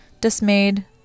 dismayed